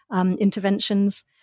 interventions